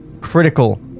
critical